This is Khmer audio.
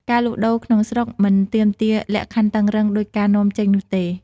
ការលក់ដូរក្នុងស្រុកមិនទាមទារលក្ខខណ្ឌតឹងរ៉ឹងដូចការនាំចេញនោះទេ។